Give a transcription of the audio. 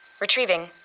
Retrieving